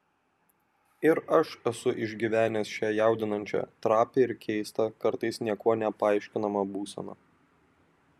ir aš esu išgyvenęs šią jaudinančią trapią ir keistą kartais niekuo nepaaiškinamą būseną